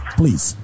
please